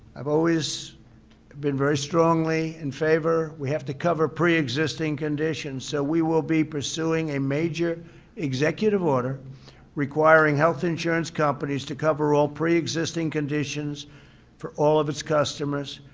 have always been very strongly in favor. we have to cover pre-existing conditions. so we will be pursuing a major executive order requiring health insurance companies to cover all pre-existing conditions for all of its customers.